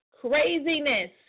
Craziness